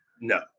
No